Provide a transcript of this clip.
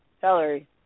celery